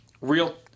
real